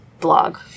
blog